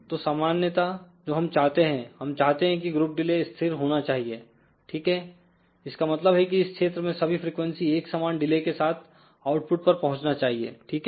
तो सामान्यता जो हम चाहते हैं हम चाहते हैं कि ग्रुप डिले स्थिर होना चाहिए ठीक है इसका मतलब है कि इस क्षेत्र में सभी फ्रीक्वेंसी एक समान डिले के साथ आउटपुट पर पहुंचना चाहिए ठीक है